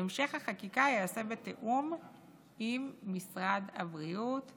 המשך החקיקה ייעשה בתיאום עם משרד הבריאות.